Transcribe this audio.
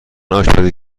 آشپزی